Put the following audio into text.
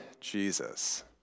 Jesus